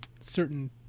certain